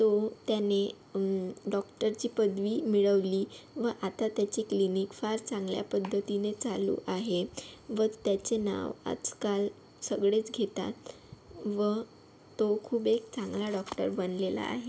तो त्याने डॉक्टरची पदवी मिळवली व आता त्याची क्लिनिक फार चांगल्या पद्धतीने चालू आहे व त्याचे नाव आजकाल सगळेच घेतात व तो खूप एक चांगला डॉक्टर बनलेला आहे